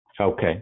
Okay